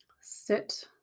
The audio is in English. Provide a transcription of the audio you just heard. sit